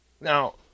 Now